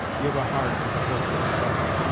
give a heart to the hopeless fight,